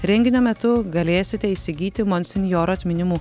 renginio metu galėsite įsigyti monsinjoro atsiminimų